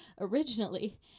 originally